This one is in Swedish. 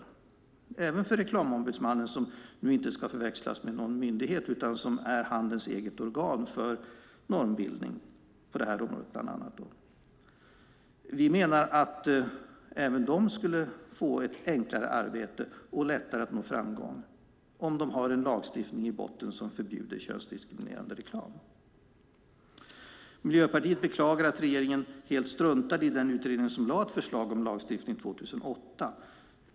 Vi menar att även Reklamombudsmannen, som inte ska förväxlas med en myndighet utan som är handelns eget organ för normbildning, skulle få ett enklare arbete och lättare att nå framgång om de har en lagstiftning i botten som förbjuder könsdiskriminerande reklam. Miljöpartiet beklagar att regeringen helt struntade i den utredning som lade fram ett förslag till lagstiftning 2008.